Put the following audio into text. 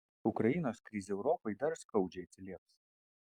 ukrainos krizė europai dar skaudžiai atsilieps